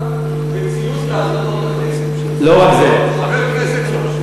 השר חייב בציות להחלטות הכנסת, חבר כנסת לא.